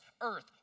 earth